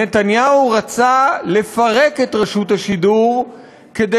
נתניהו רצה לפרק את רשות השידור כדי